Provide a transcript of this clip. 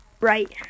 Right